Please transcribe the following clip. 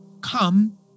Come